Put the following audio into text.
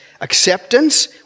Acceptance